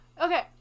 Okay